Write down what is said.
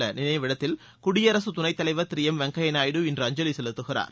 உள்ள நினைவிடத்தில் குடியரசுத் துணைத் தலைவர் திரு எம் வெங்கையா நாயுடு இன்று அஞ்சலி செலுத்துகிறார்